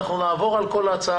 אנחנו נעבור על כל ההצעה.